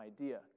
idea